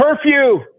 curfew